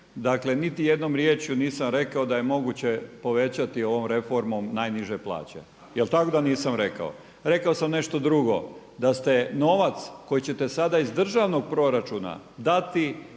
dakle niti jednom riječju nisam rekao da je moguće povećati ovom reformom najniže plaće. Jel' tako da nisam rekao? Rekao sam nešto drugo, da ste novac koji ćete sada iz državnog proračuna dati